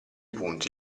punti